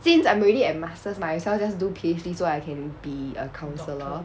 since I'm already at master's might as well just do PhD so I can be a counsellor